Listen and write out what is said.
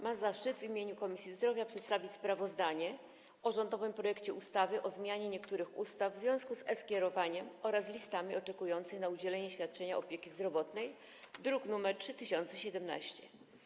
Mam zaszczyt w imieniu Komisji Zdrowia przedstawić sprawozdanie o rządowym projekcie ustawy o zmianie niektórych ustaw w związku z e-skierowaniem oraz listami oczekujących na udzielenie świadczenia opieki zdrowotnej, druk nr 3017.